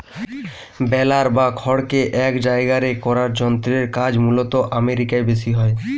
বেলার বা খড়কে এক জায়গারে করার যন্ত্রের কাজ মূলতঃ আমেরিকায় বেশি হয়